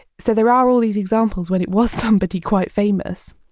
so there are all these examples when it was somebody quite famous.